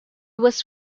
was